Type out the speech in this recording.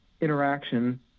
interaction